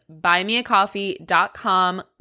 buymeacoffee.com